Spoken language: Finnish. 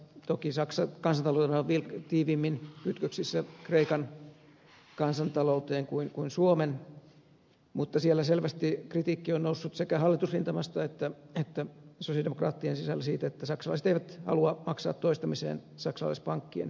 toki saksan kansantalous on tiiviimmin kytköksissä kreikan kansantalouteen kuin suomen mutta siellä selvästi kritiikki on noussut sekä hallitusrintamasta että sosiaalidemokraattien sisällä siitä että saksalaiset eivät halua maksaa toistamiseen saksalaispankkien spekulaatiosta